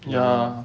ya